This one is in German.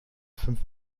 fünf